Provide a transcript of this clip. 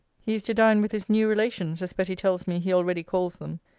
he is to dine with his new relations, as betty tells me he already calls them.